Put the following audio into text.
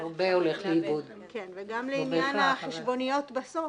גם לעניין החשבוניות בסוף,